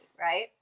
Right